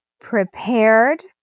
prepared